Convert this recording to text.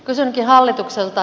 kysynkin hallitukselta